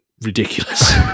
ridiculous